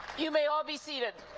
you may all be seated.